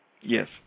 Yes